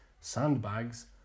sandbags